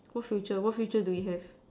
what future what future do we have